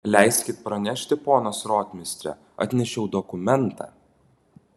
leiskit pranešti ponas rotmistre atnešiau dokumentą